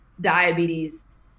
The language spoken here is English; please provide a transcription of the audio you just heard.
diabetes